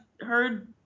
heard